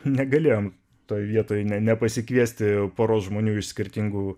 negalėjom toj vietoj ne nepasikviesti poros žmonių iš skirtingų